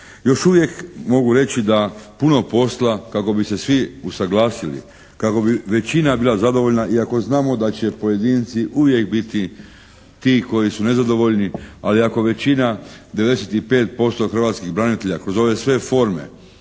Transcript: Još uvijek mogu reći da puno posla kako bi se svi usaglasili, kako bi većina bila zadovoljna iako znamo da će pojedinci uvijek biti ti koji su nezadovoljni, ali ako većina, 95% hrvatskih branitelja kroz ove sve forme,